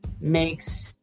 makes